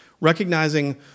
recognizing